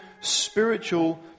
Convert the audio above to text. spiritual